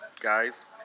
guys